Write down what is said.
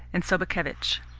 and sobakevitch.